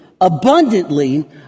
abundantly